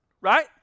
Right